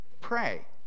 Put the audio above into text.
pray